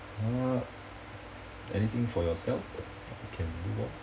ah anything for yourself can move on